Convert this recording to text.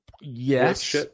Yes